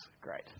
Great